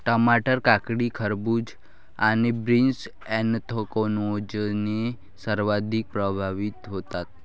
टमाटर, काकडी, खरबूज आणि बीन्स ऍन्थ्रॅकनोजने सर्वाधिक प्रभावित होतात